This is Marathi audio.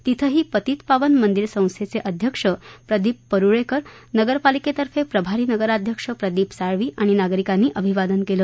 तिथंही पतितपावन मंदिर संस्थेचे अध्यक्ष प्रदीप परुळेकर नगरपालिकेतर्फे प्रभारी नगराध्यक्ष प्रदीप साळवी आणि नागरिकांनी अभिवादन केलं